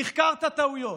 תחקרת טעויות.